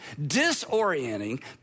disorienting